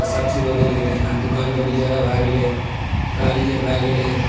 तऽ सभचीज बदलि गेलय एना दोकान दौरि जादा भए गेलय गाड़ी अर भए गेलय